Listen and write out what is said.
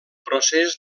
procés